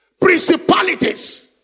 Principalities